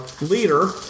leader